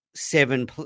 seven